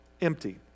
empty